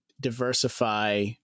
diversify